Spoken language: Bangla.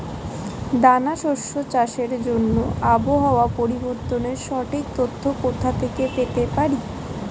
দানা শস্য চাষের জন্য আবহাওয়া পরিবর্তনের সঠিক তথ্য কোথা থেকে পেতে পারি?